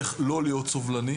איך לא להיות סובלני,